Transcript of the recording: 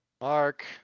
Mark